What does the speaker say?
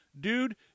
dude